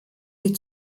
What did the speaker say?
die